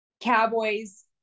Cowboys